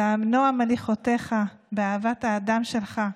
בנועם הליכותיך, באהבת האדם שלך,